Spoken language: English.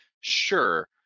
sure